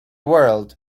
world